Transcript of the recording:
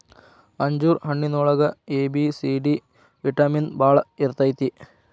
ಅಂಜೂರ ಹಣ್ಣಿನೊಳಗ A, B, C, D vitamin ಬಾಳ ಇರ್ತೈತಿ